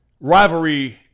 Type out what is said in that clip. rivalry